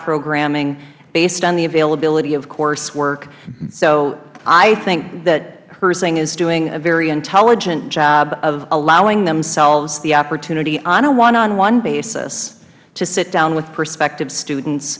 programming based on the availability of course work so i think that herzing is doing a very intelligent job of allowing themselves the opportunity on a one on one basis to sit down with prospective students